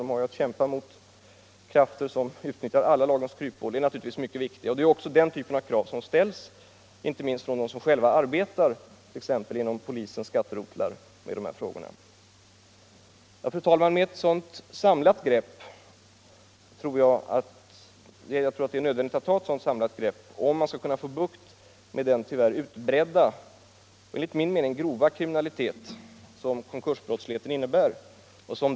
De har att kämpa mot krafter som utnyttjar alla lagens kryphål. Detta är också krav som ställs inte minst från t.ex. polisens skatterotlar. Fru talman! Jag tror det är nödvändigt att ta ett sådant samlat grepp om man skall kunna få bukt med den tyvärr utbredda och enligt min uppfattning grova kriminalitet som konkursbrottsligheten innebär.